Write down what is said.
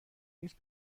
نیست